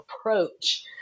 approach